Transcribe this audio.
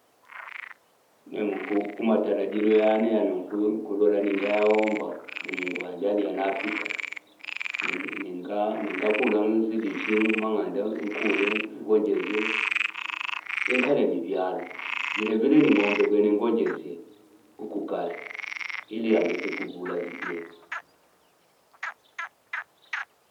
Nenguku kuma taladilo yene ya nuku kuluwa ni ngayaomba di mungu chali wa nafika. Ninga kulani zidi, shing, manganda, ungule, ungongezia. Inkalini vyalo. Bilebili ngumbege ungongezia ukukala hili andhezi kukulazikuya.